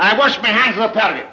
i wash my hands up out of